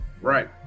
Right